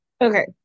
Okay